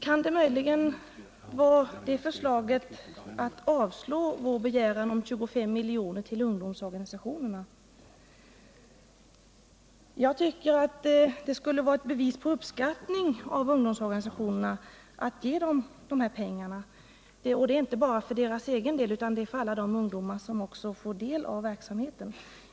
Kan det möjligen vara förslaget att avslå vår begäran om 25 milj.kr. till ungdomsorganisationerna? Det skulle vara ett bevis på uppskattning av ungdomsorganisationerna att ge dem dessa pengar. Och de är inte bara till för deras egen del utan de är för alla de ungdomar som får del av verksamheten.